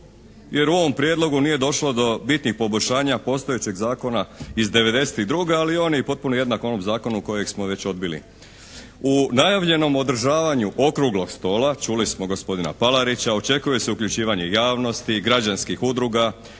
jer u ovom prijedlogu nije došlo do bitnih poboljšanja postojećeg zakona iz '92. ali on je i potpuno jednak onom zakonu kojeg smo već odbili. U najavljenom održavanju Okruglog stola čuli smo gospodina Palarića očekuje se uključivanje javnosti, građanskih udruga,